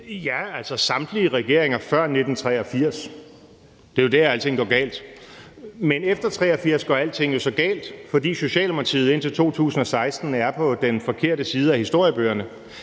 Ja, altså samtlige regeringer før 1983; det er jo der, alting går galt. Men efter 1983 går alting jo så galt, fordi Socialdemokratiet indtil 2016 er på den forkerte side af historien.